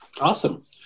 Awesome